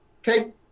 okay